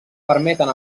permeten